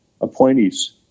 appointees